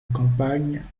campagne